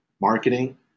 marketing